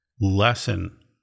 lesson